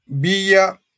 Bia